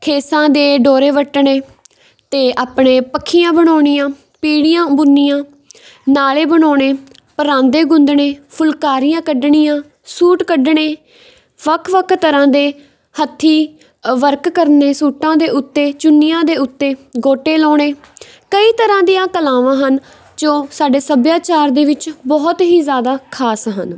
ਖੇਸਾਂ ਦੇ ਡੋਰੇ ਵੱਟਣੇ ਅਤੇ ਆਪਣੇ ਪੱਖੀਆਂ ਬਣਉਣੀਆਂ ਪੀੜੀਆਂ ਬੁਣਨੀਆਂ ਨਾਲੇ ਬਣਾਉਣੇ ਪਰਾਂਦੇ ਗੁੰਦਣੇ ਫੁਲਕਾਰੀਆਂ ਕੱਢਣੀਆਂ ਸੂਟ ਕੱਢਣੇ ਵੱਖ ਵੱਖ ਤਰ੍ਹਾਂ ਦੇ ਹੱਥੀਂ ਵਰਕ ਕਰਨੇ ਸੂਟਾਂ ਦੇ ਉੱਤੇ ਚੁੰਨੀਆਂ ਦੇ ਉੱਤੇ ਗੋਟੇ ਲਾਉਣੇ ਕਈ ਤਰ੍ਹਾਂ ਦੀਆਂ ਕਲਾਵਾਂ ਹਨ ਜੋ ਸਾਡੇ ਸੱਭਿਆਚਾਰ ਦੇ ਵਿੱਚ ਬਹੁਤ ਹੀ ਜ਼ਿਆਦਾ ਖ਼ਾਸ ਹਨ